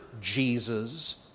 Jesus